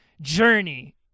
journey